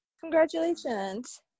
Congratulations